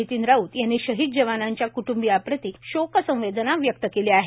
नितीन राऊत यांनी शहीद जवानाच्या क्ट्ंबीयाप्रती शोकसंवेदना व्यक्त केल्या आहेत